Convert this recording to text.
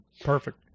Perfect